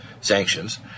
sanctions